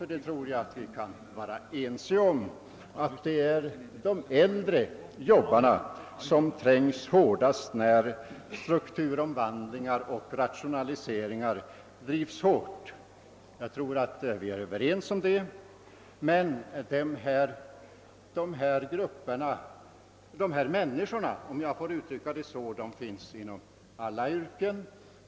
Jag tror att vi kan vara ense om att det är de äldre jobbarna som trängs värst när strukturomvandlingar och = rationaliseringar drivs hårt. Men dessa människor som har behov av lägre pensionsålder finns inom alla områden.